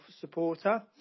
supporter